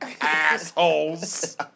assholes